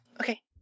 Okay